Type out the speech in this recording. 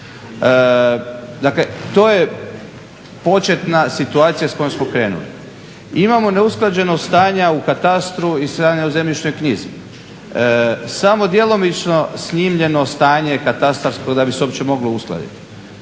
Dakle to je početna situacija s kojom smo krenuli. Imamo neusklađenost stanja u katastru i stanja u zemljišnoj knjizi. Samo djelomično je snimljeno stanje katastarsko da bi se uopće moglo uskladiti.